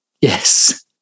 Yes